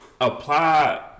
apply